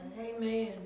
Amen